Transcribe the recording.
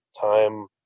time